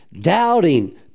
doubting